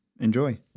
Enjoy